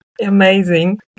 Amazing